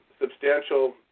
substantial